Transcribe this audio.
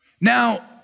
Now